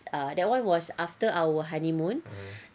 ah that [one] was after our honeymoon